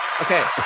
okay